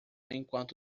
enquanto